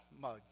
mug